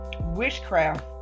witchcraft